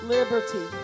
Liberty